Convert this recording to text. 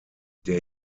der